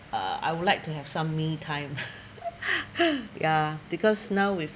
ah I would like to have some me time ya because now with